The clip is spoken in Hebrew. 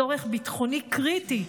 צורך ביטחוני קריטי,